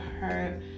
hurt